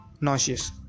nauseous